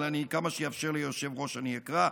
אבל כמה שיאפשר לי היושב-ראש אני אקרא,